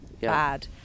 bad